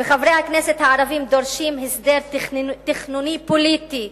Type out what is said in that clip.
שחברי הכנסת הערבים דורשים הסדר תכנון פוליטי,